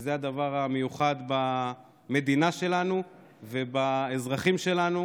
וזה הדבר המיוחד במדינה שלנו ובאזרחים שלנו,